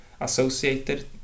associated